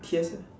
yes